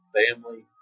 family